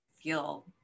feel